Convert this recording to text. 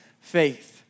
faith